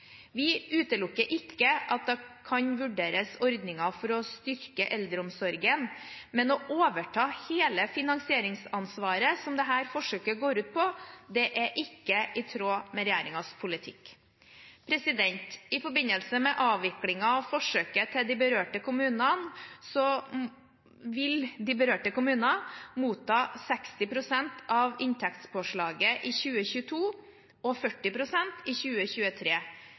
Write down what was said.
Vi utelukker ikke at det kan vurderes ordninger for å styrke eldreomsorgen, men å overta hele finansieringsansvaret, som dette forsøket går ut på, er ikke i tråd med regjeringens politikk. I forbindelse med avviklingen av forsøket vil de berørte kommunene motta 60 pst. av inntektspåslaget i 2022 og 40 pst. i 2023,